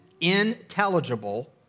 intelligible